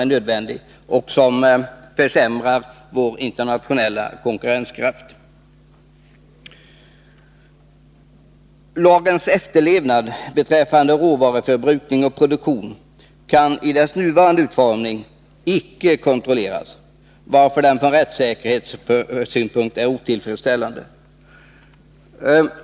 Efterlevnaden av lagen i dess nuvarande form beträffande råvaruförbrukning och produktion kan inte kontrolleras, varför den ur rättssäkerhetssynpunkt är otillfredsställande.